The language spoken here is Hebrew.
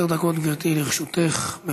עשר דקות לרשותך, גברתי.